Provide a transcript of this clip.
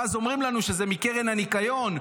ואז אומרים לנו שזה מקרן הניקיון,